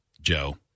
joe